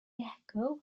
echo